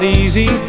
easy